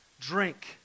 Drink